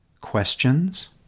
Questions